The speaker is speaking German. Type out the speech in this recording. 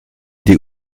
die